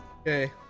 Okay